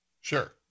Sure